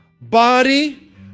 body